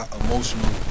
emotional